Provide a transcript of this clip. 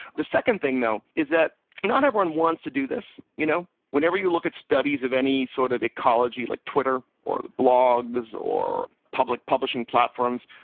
the second thing though is that not everyone wants to do this. you know when you look at studies of any sort of ecology, like twitter or blogs or public publishing platforms,